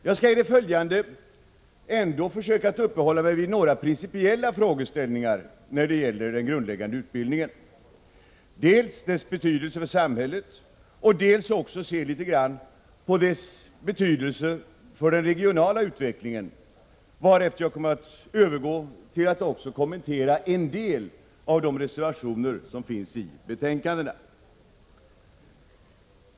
Jag skall i det följande ändå försöka uppehålla mig vid några principiella frågeställningar när det gäller den grundläggande utbildningen, dels dess betydelse för samhället, dels dess betydelse för den regionala utvecklingen. Därefter kommer jag att övergå till att kommentera en del av de reservationer som finns i betänkandena.